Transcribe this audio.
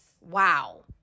Wow